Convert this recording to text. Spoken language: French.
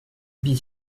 bis